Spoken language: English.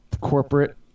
corporate